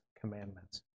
commandments